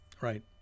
right